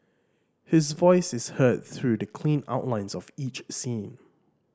his voice is heard through the clean outlines of each scene